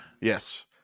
Yes